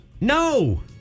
No